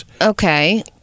okay